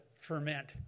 ferment